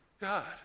God